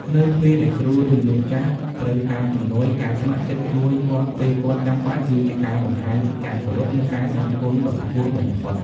នៅពេលដែលគ្រូ ឬមនុស្សចាស់ត្រូវការជំនួយ ការស្ម័គ្រចិត្តជួយគាត់ពេលគាត់ចាំបាច់ គឺជាការបង្ហាញពីការគោរព និងការដឹងគុណដ៏ខ្ពស់បំផុត។